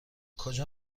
کجا